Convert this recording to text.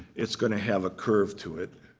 it's going to have a curve to it.